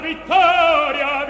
Vittoria